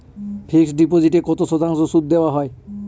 Fixed ডিপোজিটে কত শতাংশ সুদ দেওয়া হয়?